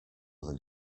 than